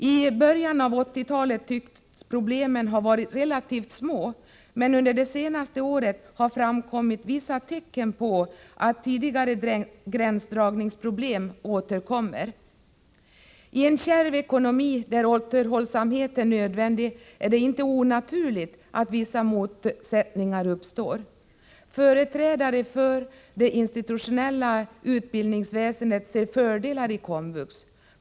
I början av 1980-talet tycks problemen ha varit relativt små, men under det senaste året har framkommit vissa tecken på att tidigare gränsdragningsproblem återkommer. I en kärv ekonomi där återhållsamhet är nödvändig är det inte onaturligt att vissa motsättningar uppstår. Företrädare för det institutionella utbildningsväsendet ser fördelar i komvux.